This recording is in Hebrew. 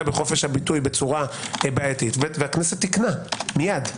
בחופש הביטוי בצורה בעייתית והכנסת תיקנה מייד.